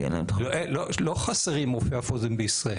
לא חסרים רופאי אף אוזן בישראל,